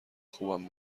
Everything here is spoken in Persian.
خوبم